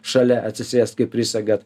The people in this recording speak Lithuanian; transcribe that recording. šalia atsisėst kai prisegat